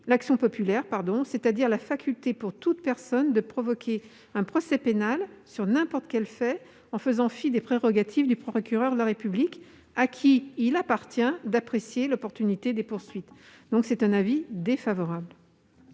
l'action populaire », c'est-à-dire la faculté pour toute personne de provoquer un procès pénal sur n'importe quels faits, en faisant fi des prérogatives du procureur de la République, auquel il appartient d'apprécier l'opportunité des poursuites. Pour ces raisons, l'avis est défavorable.